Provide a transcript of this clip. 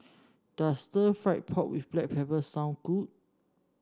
does Stir Fried Pork with Black Pepper suond good